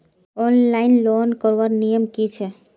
Online loan करवार नियम की छे?